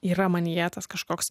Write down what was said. yra manyje tas kažkoks